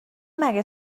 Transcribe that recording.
مگه